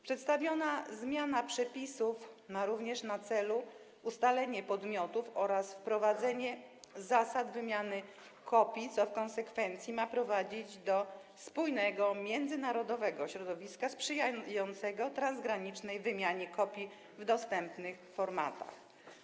Przedstawiona zmiana przepisów ma również na celu określenie podmiotów w tym zakresie oraz wprowadzenie zasad wymiany kopii, co w konsekwencji ma prowadzić do stworzenia spójnego międzynarodowego środowiska sprzyjającego transgranicznej wymianie kopii w dostępnych formatach.